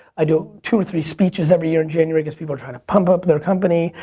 i do two or three speeches every year in january. people are trying to pump up their company,